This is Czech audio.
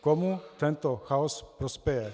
Komu tento chaos prospěje?